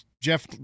Jeff